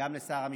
וגם לשר המשפטים,